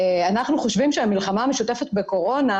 אנחנו חושבים שהמלחמה המשותפת בקורונה,